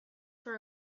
for